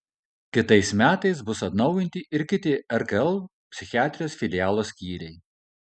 kitais metais bus atnaujinti ir kiti rkl psichiatrijos filialo skyriai